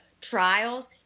trials